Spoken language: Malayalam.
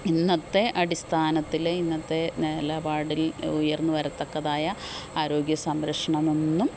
ഇന്നത്തെ അടിസ്ഥാനത്തില് ഇന്നത്തെ നിലപാടില് ഉയര്ന്ന് വരത്തക്കതായ ആരോഗ്യ സംരക്ഷണമൊന്നും